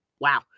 Wow